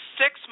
six